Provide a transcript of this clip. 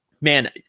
Man